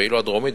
ואילו הדרומית,